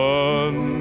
one